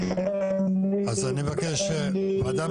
מאי, לפני כחודש.